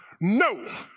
No